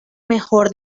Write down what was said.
mejor